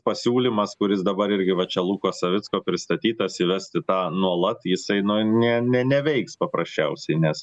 pasiūlymas kuris dabar irgi va čia luko savicko pristatytas įvesti tą nuolat jisai na ne ne ne neveiks paprasčiausiai nes